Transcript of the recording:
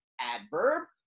adverb